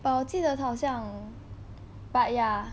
but 我记得他好像 but ya